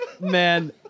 Man